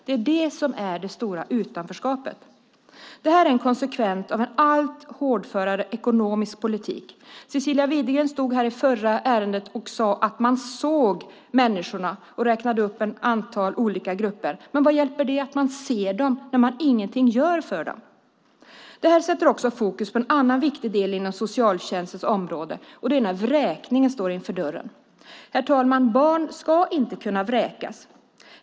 Det är detta som är det stora utanförskapet! Det här är en konsekvens av en alltmer hårdför ekonomisk politik. Cecilia Widegren stod här i talarstolen när vi behandlade förra ärendet och sade att man såg människorna. Hon räknade upp ett antal olika grupper. Men vad hjälper det att se människorna när man inte gör någonting för dem? Detta sätter också fokus på en annan viktig del inom socialtjänstens område, nämligen när en vräkning står för dörren. Herr talman! Barn ska inte kunna vräkas.